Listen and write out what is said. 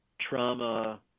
trauma